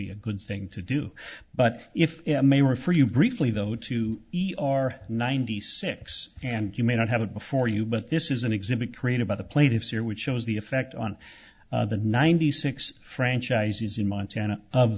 be a good thing to do but if i may refer you briefly though to our ninety six and you may not have it before you but this is an exhibit created by the plaintiffs here which shows the effect on the ninety six franchises in montana of